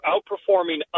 Outperforming